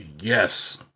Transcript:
Yes